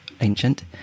ancient